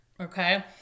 okay